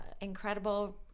incredible